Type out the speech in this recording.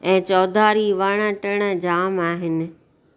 ऐं चौधारी वणु टिणु जाम आहिनि